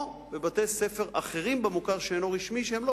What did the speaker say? או בבתי-ספר אחרים במוכר שאינו רשמי שהם לא